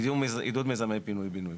עידוד מיזמי פינוי בינוי.